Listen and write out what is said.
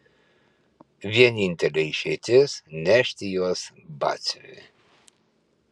vienintelė išeitis nešti juos batsiuviui